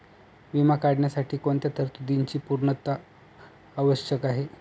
विमा काढण्यासाठी कोणत्या तरतूदींची पूर्णता आवश्यक आहे?